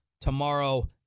tomorrow